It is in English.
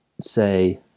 say